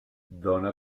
dóna